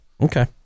Okay